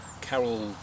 Carol